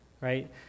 right